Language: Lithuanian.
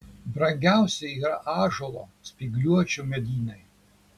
brangiausi yra ąžuolo spygliuočių medynai